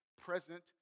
present